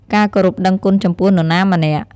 ការគោរពដឹងគុណចំពោះនរណាម្នាក់។